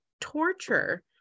torture